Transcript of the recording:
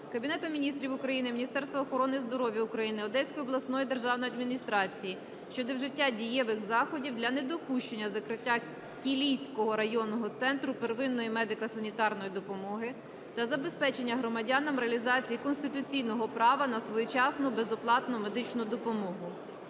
Кабінету Міністрів України, Міністерства охорони здоров'я України, Одеської обласної державної адміністрації щодо вжиття дієвих заходів для недопущення закриття Кілійського районного центру первинної медико-санітарної допомоги та забезпечення громадянам реалізації конституційного права на своєчасну, безоплатну медичну допомогу.